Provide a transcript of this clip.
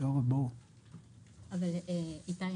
איתי,